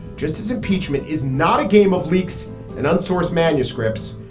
just as impeachment is not a game of leaks and unsourced manuscripts.